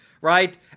right